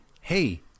hey